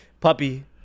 Puppy